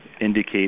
indicate